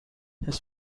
his